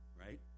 right